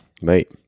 mate